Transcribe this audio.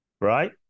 right